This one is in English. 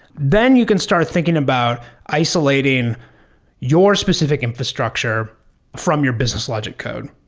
then you can start thinking about isolating your specific infrastructure from your business logic code.